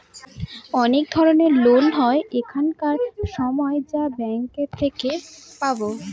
অনেক ধরনের লোন হয় এখানকার সময় যা ব্যাঙ্কে থেকে পাবো